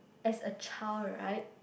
as a child right